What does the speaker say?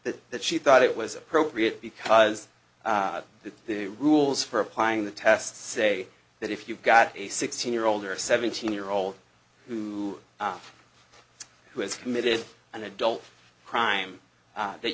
that that she thought it was appropriate because the rules for applying the test say that if you've got a sixteen year old or a seventeen year old who who has committed an adult crime that